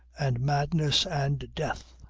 and madness, and death.